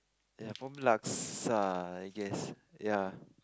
ya probably laksa I guess ya